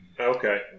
Okay